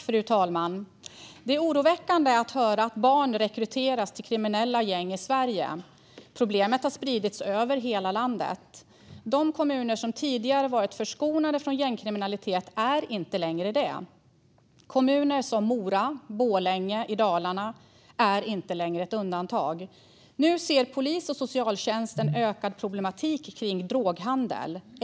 Fru talman! Det är oroväckande att höra att barn rekryteras till kriminella gäng i Sverige. Problemet har spridits över hela landet. De kommuner som tidigare varit förskonade från gängkriminalitet är inte längre det. Kommuner som Mora och Borlänge i Dalarna är inte längre undantag. Nu ser polis och socialtjänst en ökad problematik kring droghandel.